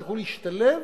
שיוכלו להשתלב